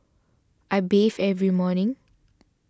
I bathe every morning